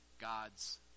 God's